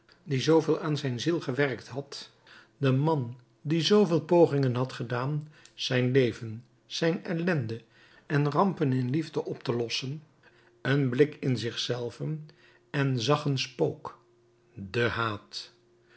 die zooveel aan zijn ziel gewerkt had de man die zooveel pogingen had gedaan zijn leven zijn ellende en rampen in liefde op te lossen een blik in zich zelven en zag een spook den haat